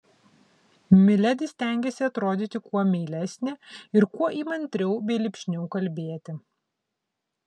miledi stengėsi atrodyti kuo meilesnė ir kuo įmantriau bei lipšniau kalbėti